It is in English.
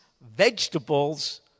vegetables